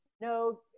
No